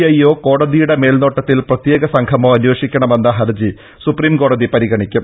ഐയോ കോടതിയുടെ മേൽനോട്ടത്തിൽ പ്രത്യേക സംഘമോ അന്വേഷിക്കണമെന്ന ഹർജി സുപ്രീം കോടതി പരിഗണിക്കും